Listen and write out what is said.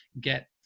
get